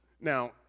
Now